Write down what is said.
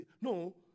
No